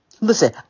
Listen